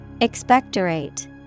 Expectorate